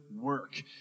work